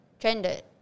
trended